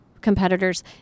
competitors